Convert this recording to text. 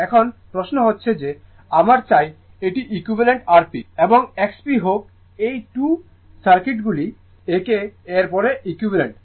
এখন প্রশ্ন হচ্ছে যে আমরা চাই এটি ইকুইভালেন্ট Rp এবং XP হোক এই 2 সার্কিটগুলি একে অপরের ইকুইভালেন্ট